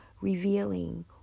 revealing